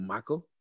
Michael